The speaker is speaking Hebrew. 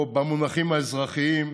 או במונחים האזרחיים,